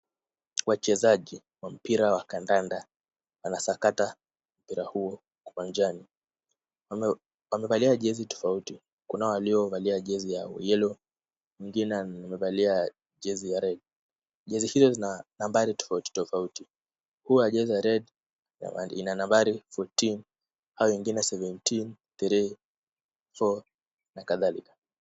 Wachezaji wa mpira wa kandanda wanasakata mpira huo uwanjani huku wamevalia jezi tofauti. Kuna wale waliovalia jezi ya cs[Yellow]cs huku mwingine jezi ya cs[red]. Jezi hiyo ina nambari tofauti tofauti. Ule wa jezi ya cs[red] csina nambari cs[fourteen]cs hao wengine cs [seventeen]cs cs[three]cs cs[four]cs na kadhalika.